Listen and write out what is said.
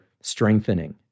strengthening